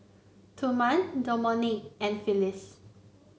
Thurman Domonique and Phyllis